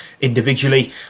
individually